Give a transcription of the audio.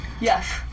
Yes